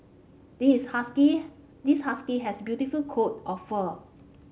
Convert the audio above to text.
this husky this husky has beautiful coat of fur